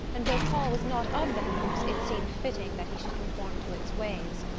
and though paul was not of the house it seemed fitting that he should conform to its ways.